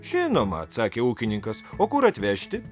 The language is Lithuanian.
žinoma atsakė ūkininkas o kur atvežti